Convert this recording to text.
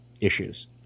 issues